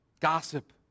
Gossip